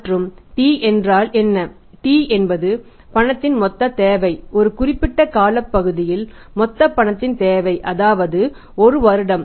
மற்றும் T என்றால் என்ன T என்பது பணத்தின் மொத்த தேவை ஒரு குறிப்பிட்ட காலப்பகுதியில் மொத்த பணத்தின் தேவை அதாவது ஒரு வருடம்